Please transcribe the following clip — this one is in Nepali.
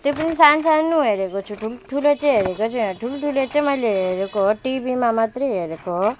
त्यो पनि सानसानो हेरेको छु ठुल्ठुलो चाहिँ हेरेको छुइनँ ठुल्ठुलो चाहिँ मैले हेरेको हो टिभीमा मात्रै हेरेको हो